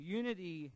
unity